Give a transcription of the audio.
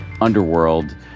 underworld